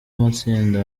amatsinda